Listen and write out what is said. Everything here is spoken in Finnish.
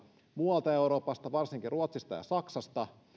muualta euroopasta varsinkin ruotsista ja saksasta uudistuu